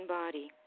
body